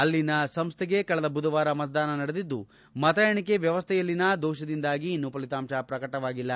ಅಲ್ಲಿನ ಸಂಸತ್ಗೆ ಕಳೆದ ಬುಧವಾರ ಮತದಾನ ನಡೆದಿದ್ದು ಮತ ಎಣಿಕೆ ವ್ಯವಸ್ಥೆಯಲ್ಲಿನ ದೋಷದಿಂದಾಗಿ ಇನ್ನೂ ಫಲಿತಾಂಶ ಪ್ರಕಟಿಸಲಾಗಿಲ್ಲ